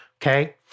okay